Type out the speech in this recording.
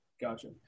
Gotcha